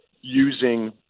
using